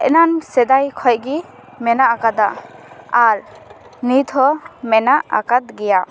ᱮᱱᱟᱱ ᱥᱮᱫᱟᱭ ᱠᱷᱚᱡ ᱜᱮ ᱢᱮᱱᱟᱜ ᱟᱠᱟᱫᱟ ᱟᱨ ᱱᱤᱛ ᱦᱚᱸ ᱢᱮᱱᱟᱜ ᱟᱠᱟᱫ ᱜᱮᱭᱟ